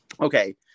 Okay